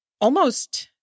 almost-